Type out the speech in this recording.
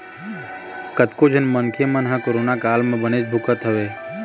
कतको झन मनखे मन ह कोरोना काल म बनेच भुगते हवय